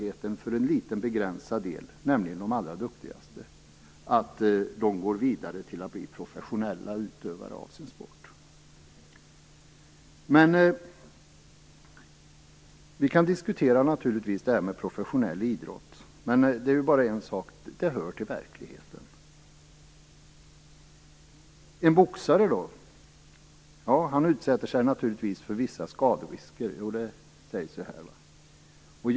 En liten begränsad del, nämligen de allra duktigaste, har också möjlighet att gå vidare till att bli professionella utövare av sin sport. Vi kan naturligtvis diskutera även den professionella idrotten, men det är helt klart att den hör till verkligheten. En boxare utsätter sig naturligtvis för vissa skaderisker, som framhålls i betänkandet.